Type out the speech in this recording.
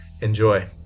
Enjoy